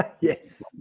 Yes